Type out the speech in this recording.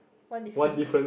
one difference